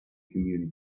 community